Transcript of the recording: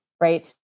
right